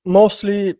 mostly